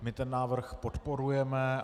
My ten návrh podporujeme.